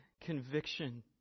conviction